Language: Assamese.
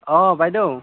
অ বাইদেউ